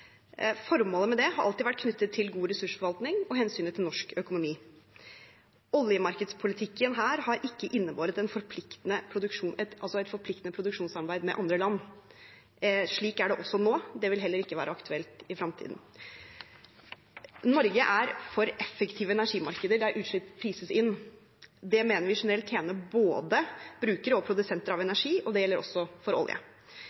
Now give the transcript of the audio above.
Formålet med det har alltid vært knyttet til god ressursforvaltning og hensynet til norsk økonomi. Oljemarkedspolitikken her har ikke innebåret et forpliktende produksjonssamarbeid med andre land. Slik er det også nå. Det vil heller ikke være aktuelt i fremtiden. Norge er for effektive energimarkeder, der utslipp prises inn. Det mener vi generelt tjener både brukere og produsenter av energi. Det gjelder også for olje.